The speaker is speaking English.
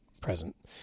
present